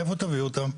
מאיפה תביא אותן?